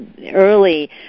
early